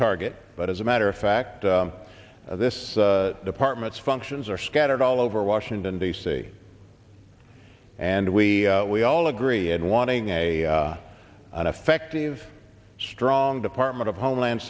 target but as a matter of fact this department's functions are scattered all over washington d c and we we all agree and wanting a an effective strong department of homeland